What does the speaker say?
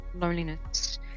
loneliness